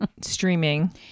streaming